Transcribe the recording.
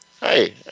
Hey